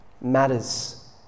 matters